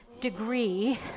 degree